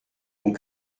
ont